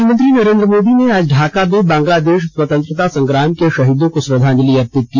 प्रधानमंत्री नरेन्द्र मोदी ने आज ढाका में बंगलादेश स्वतंत्रता संग्राम के शहीदों को श्रद्धांजलि अर्पित की